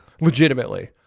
Legitimately